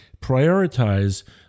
prioritize